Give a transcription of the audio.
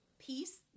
Peace